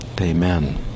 Amen